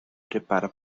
prepara